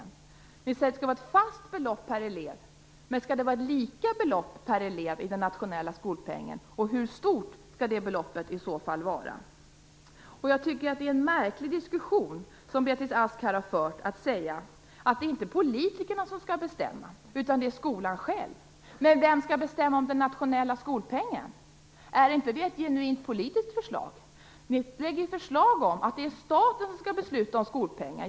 Ni säger att det skall vara ett fast belopp per elev, men skall det vara ett lika stort belopp per elev i den nationella skolpengen, och hur stort skall det beloppet i så fall vara? Det är en märklig diskussion Beatrice Ask för när hon säger att det inte är politikerna som skall bestämma utan skolan själv. Men vem skall bestämma om den nationella skolpengen? Är inte det ett genuint politiskt förslag? Ni lägger ju fram förslag om att det är staten som skall besluta om skolpengen.